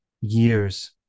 years